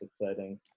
exciting